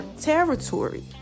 territory